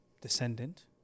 descendant